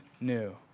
new